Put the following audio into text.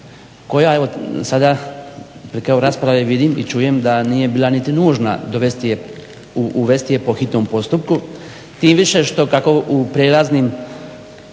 koja evo sada pri kraju rasprave vidim i čujem da nije bila niti nužna uvesti je po hitnom postupku tim više što kako u prijelaznim